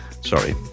Sorry